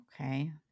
Okay